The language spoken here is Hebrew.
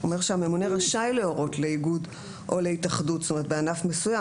אומר שהממונה רשאי להורות לאיגוד או להתאחדות בענף מסוים.